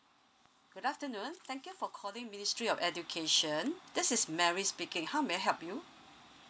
good afternoon thank you for calling ministry of education this is mary speaking how may I help you